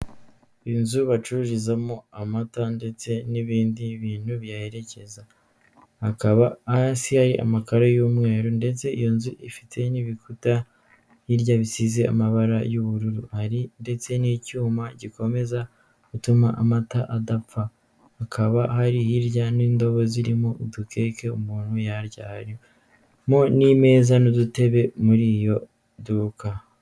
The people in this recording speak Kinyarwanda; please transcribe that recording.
Inzu bacururizamo amata ndetse n'ibindi bintu biyaherekeza, hakaba hasi hari amakaro y'umweru, ndetse iyo nzu ifite n'ibikuta hirya bisize amabara y'ubururu, hari ndetse n'icyuma gikomeza gutuma amata adapfa, hakaba hari hirya n'indobo zirimo udukeke umuntu yarya, harimo n'imeza n'udutebe muri iyo duka.